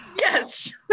Yes